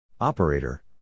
Operator